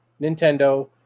Nintendo